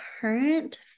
current